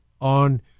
on